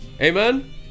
amen